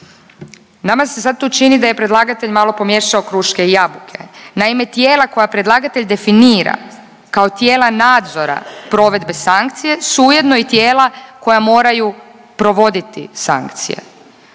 Nama se sad tu čini da je predlagatelj malo pomiješao kruške i jabuke. Naime, tijela koja predlagatelj definira kao tijela nadzora provedbe sankcije, su ujedno i tijela koja moraju provoditi sankcije.